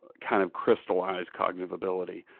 kind of crystallized cognitive ability.